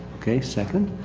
okay. seven.